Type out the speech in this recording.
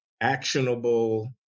actionable